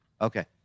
Okay